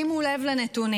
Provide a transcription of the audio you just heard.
שימו לב לנתונים: